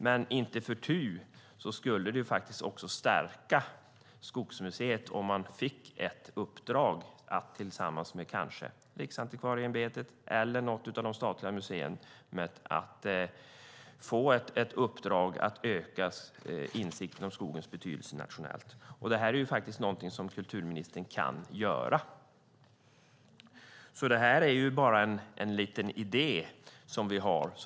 Men icke förty skulle det stärka Skogsmuseet om man fick ett uppdrag att tillsammans med till exempel Riksantikvarieämbetet eller något av de statliga museerna öka insikten om skogens betydelse nationellt. Det är någonting som kulturministern faktiskt kan se till. Det här är bara en liten idé.